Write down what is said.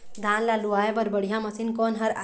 धान ला लुआय बर बढ़िया मशीन कोन हर आइ?